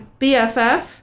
BFF